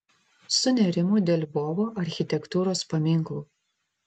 sunerimo dėl lvovo architektūros paminklų